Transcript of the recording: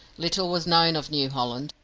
little was known of new holland,